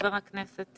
חבר הכנסת